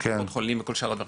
של קופות חולים ושאר הדברים,